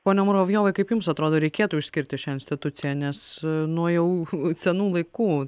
pone muravjovai kaip jums atrodo reikėtų išskirti šią instituciją nes nuo jau senų laikų